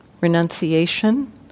Renunciation